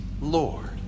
Lord